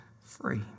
free